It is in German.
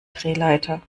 drehleiter